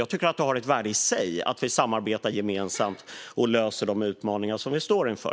Jag tycker att det har ett värde i sig att vi samarbetar gemensamt och löser de utmaningar som vi står inför.